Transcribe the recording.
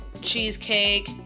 cheesecake